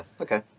Okay